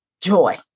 joy